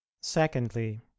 secondly